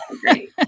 great